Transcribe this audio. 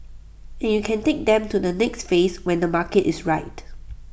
and you can take them to the next phase when the market is right